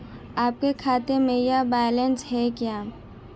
आपके खाते में यह बैलेंस है क्या?